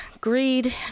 Greed